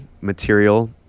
material